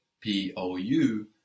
P-O-U